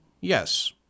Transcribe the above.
Yes